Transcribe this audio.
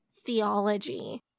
theology